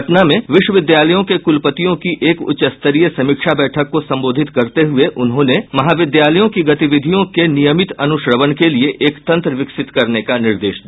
पटना में विश्वविद्यालयों के कुलपतियों की एक उच्चस्तरीय समीक्षा बैठक को संबोधित करते हुए उन्होंने महाविद्यालयों की गतिविधियों के नियमित अनुश्रवण के लिए एक तंत्र विकसित करने का निर्देश दिया